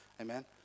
Amen